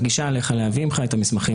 לפגישה עליך להביא עמך את המסמכים